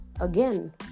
again